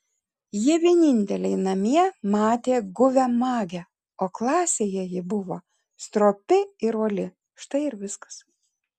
jie vieninteliai namie matė guvią magę o klasėje ji buvo stropi ir uoli štai ir viskas